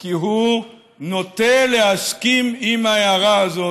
כי הוא נוטה להסכים עם ההערה הזאת.